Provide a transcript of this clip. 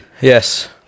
Yes